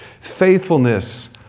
Faithfulness